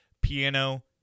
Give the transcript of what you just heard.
piano